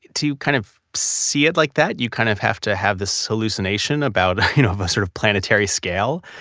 to kind of see it like that, you kind of have to have this hallucination about you know of a sort of planetary scale.